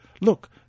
Look